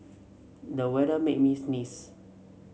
the weather made me sneeze